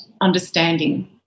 understanding